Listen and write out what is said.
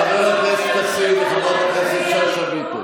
חבר הכנסת כסיף, חברת הכנסת שאשא ביטון.